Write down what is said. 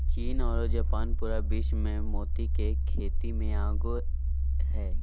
चीन आरो जापान पूरा विश्व मे मोती के खेती मे आगे हय